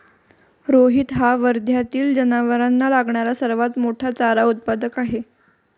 रोहित हा वर्ध्यातील जनावरांना लागणारा सर्वात मोठा चारा उत्पादक आहे